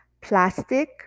plastic